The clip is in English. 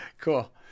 cool